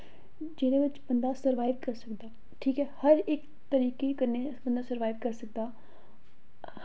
जेह्दे बिच्च बंदा सर्वाईव करी सकदा ऐ ठीक ऐ हर इक तरीके कन्नै बंदा सर्वाईव करी सकदा